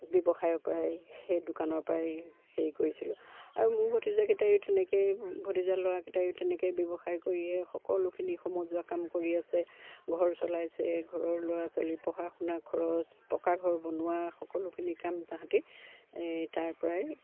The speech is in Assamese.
ব্যৱসায়ৰ পৰাই সেই দোকানৰ পৰাই হেৰি কৰিছিলোঁ আৰু মোৰ ভতিজাকেইটাইও তেনেকেই ভতিজা ল'ৰাকেইটাইও তেনেকেই ব্যৱসায় কৰিয়ে সকলোখিনি সমজুৱা কাম কৰি আছে ঘৰ চলাইছে ঘৰৰ ল'ৰা ছোৱালী পঢ়া শুনা ঘৰৰ পকা ঘৰ বনোৱা সকলোখিনি কাম তাহাঁতি তাৰ পৰাই